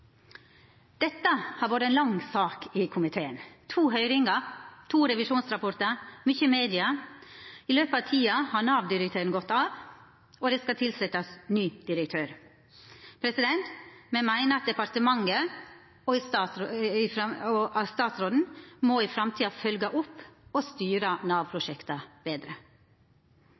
Dette har vore ei lang sak i komiteen – to høyringar, to revisjonsrapportar, mykje media. I løpet av tida har Nav-direktøren gått av, og det skal tilsetjast ny direktør. Me meiner at departementet og statsråden i framtida må følgja opp og styra Nav-prosjekta betre.